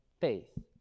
faith